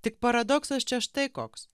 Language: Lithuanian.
tik paradoksas čia štai koks